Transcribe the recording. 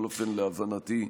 בכל אופן, להבנתי,